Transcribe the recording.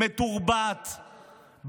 מתורבת,